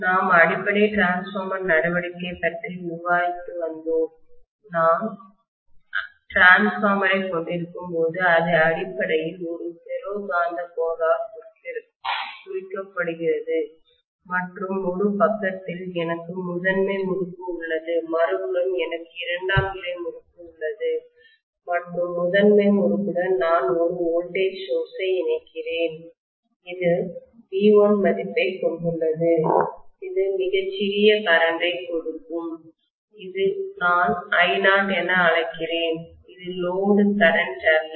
நாம் அடிப்படை டிரான்ஸ்பார்மர் நடவடிக்கை பற்றி விவாதித்து வந்தோம் நான் டிரான்ஸ்பார்மர் ஐக் கொண்டிருக்கும்போது அது அடிப்படையில் ஒரு ஃபெரோ காந்த கோரால் குறிக்கப்படுகிறது மற்றும் ஒரு பக்கத்தில் எனக்கு முதன்மை முறுக்கு உள்ளது மறுபுறம் எனக்கு இரண்டாம் நிலை முறுக்கு உள்ளது மற்றும் முதன்மை முறுக்குடன் நான் ஒரு வோல்டேஜ் சோர்ஸ் ஐ இணைக்கிறேன் இது V1 மதிப்பைக் கொண்டுள்ளது இது மிகச் சிறிய கரண்டை கொடுக்கும் இது நான் I0 என அழைக்கிறேன் இது லோடுகரண்ட் அல்ல